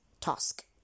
task